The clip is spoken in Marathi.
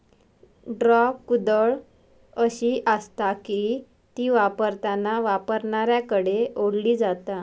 ड्रॉ कुदळ अशी आसता की ती वापरताना वापरणाऱ्याकडे ओढली जाता